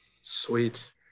Sweet